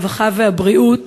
הרווחה והבריאות,